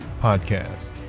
podcast